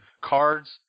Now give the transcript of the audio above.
cards